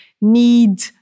need